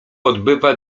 odbywa